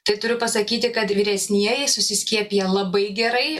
tai turiu pasakyti kad vyresnieji susiskiepyję labai gerai